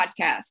podcast